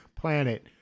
Planet